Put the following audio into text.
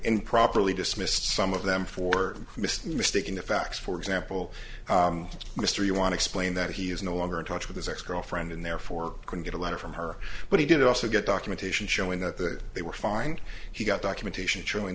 improperly dismissed some of them for mr mistaking the facts for example mr you want to explain that he is no longer in touch with his ex girlfriend and therefore couldn't get a letter from her but he did also get documentation showing that they were fine he got documentation showing